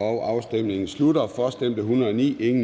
og NB), imod stemte